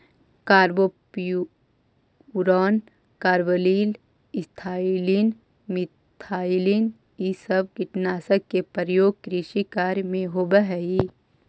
carbofuran, carbaryl, ethylene, methylene इ सब कीटनाशक के प्रयोग कृषि कार्य में होवऽ हई